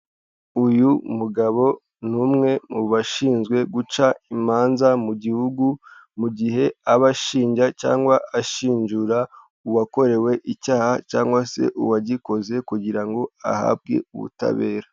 Uyu mugabo ni umwe mu bashinzwe guca imanza mu gihugu mu gihe aba ashinja cyangwa ashinjura uwakorewe icyaha cyangwa se uwagikoze kugira ngo ahabwe ubutabera.